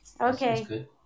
Okay